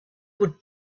would